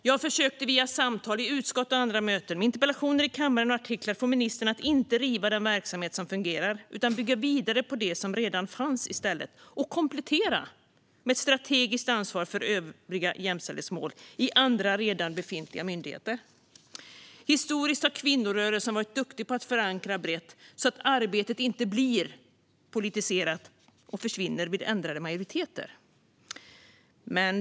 Jag försökte via samtal i utskott och andra möten, med interpellationer i kammaren och artiklar få ministern att inte riva den verksamhet som fungerade utan i stället bygga vidare på det som redan fanns och komplettera med strategiskt ansvar för övriga jämställdhetsmål i andra redan befintliga myndigheter. Historiskt sett har kvinnorörelsen varit duktig på att förankra brett så att arbetet inte blir politiserat och försvinner vid ändrade majoriteter.